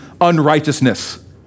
unrighteousness